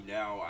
now